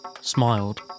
smiled